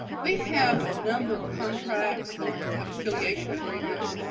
we have a number of contracts and we have affiliation agreements,